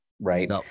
right